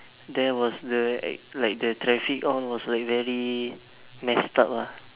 there was the like the traffic all was like very mess up lah